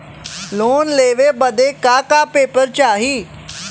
Loan लेवे बदे का का पेपर चाही?